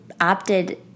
opted